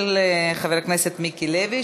של חבר הכנסת מיקי לוי,